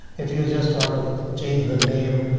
if you just want to change the name,